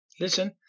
Listen